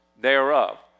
thereof